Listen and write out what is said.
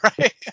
right